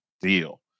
deal